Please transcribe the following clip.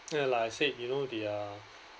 ya like I said you know they are